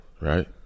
Right